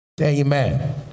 Amen